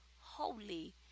holy